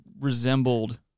resembled